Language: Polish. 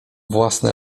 własne